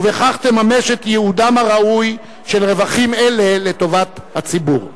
ובכך תממש את ייעודם הראוי של רווחים אלה לטובת הציבור.